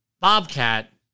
bobcat